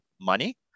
money